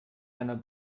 einer